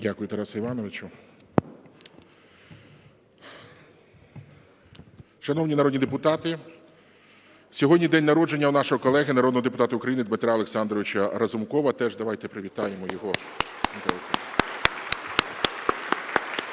Дякую, Тарасе Івановичу. Шановні народні депутати, сьогодні день народження у нашого колеги народного депутата України Дмитра Олександровича Разумкова. Теж давайте привітаємо його.